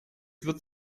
wird